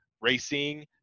racing